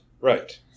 Right